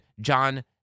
john